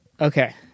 Okay